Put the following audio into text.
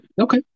okay